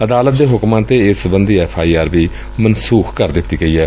ਅਦਾਲਤ ਦੇ ਹੁਕਮਾਂ ਤੇ ਇਸ ਸਬੰਧੀ ਐਫ ਆਈ ਆਰ ਵੀ ਮਨਸੁਖ ਕਰ ਦਿੱਤੀ ਗਈ ਏ